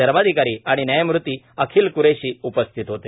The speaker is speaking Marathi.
धर्माधिकारी आणि न्यायमूर्ती अखिल क्रैशी उपस्थित होते